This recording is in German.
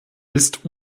ist